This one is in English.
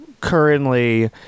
currently